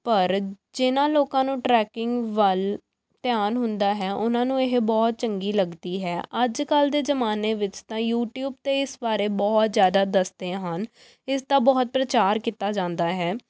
ਪਰ ਜਿਨ੍ਹਾਂ ਲੋਕਾਂ ਨੂੰ ਟਰੈਕਿੰਗ ਵੱਲ ਧਿਆਨ ਹੁੰਦਾ ਹੈ ਉਹਨਾਂ ਨੂੰ ਇਹ ਬਹੁਤ ਚੰਗੀ ਲੱਗਦੀ ਹੈ ਅੱਜ ਕੱਲ੍ਹ ਦੇ ਜਮਾਨੇ ਵਿੱਚ ਤਾਂ ਯੂਟੀਊਬ 'ਤੇ ਇਸ ਬਾਰੇ ਬਹੁਤ ਜ਼ਿਆਦਾ ਦੱਸਦੇ ਹਨ ਇਸ ਦਾ ਬਹੁਤ ਪ੍ਰਚਾਰ ਕੀਤਾ ਜਾਂਦਾ ਹੈ